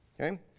Okay